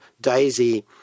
Daisy